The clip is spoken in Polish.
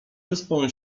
wyspą